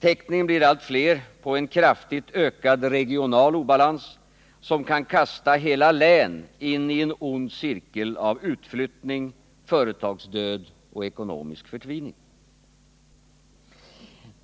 Tecknen blir allt fler på en kraftigt ökad regional obalans, som kan kasta hela län in i en ond cirkel av utflyttning, företagsdöd och ekonomisk förtvining.